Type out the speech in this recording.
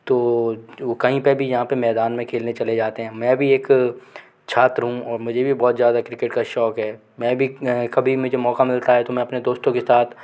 तो वो कहीं पर भी वो मैदान में खेलने चले जाते हैं मैं भी एक छात्र हूँ और मुझे भी बहुत ज़्यादा क्रिकेट का शौक़ है मैं भी कभी मुझे मौक़ा मिलता तो है दोस्तों के साथ